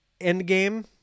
Endgame